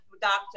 doctor